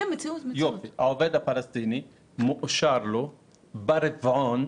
לעובד הפלסטיני מאושרים ברבעון